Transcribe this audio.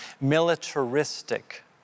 militaristic